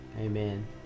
Amen